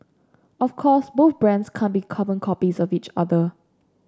of course both brands can't be carbon copies of each other